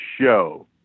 show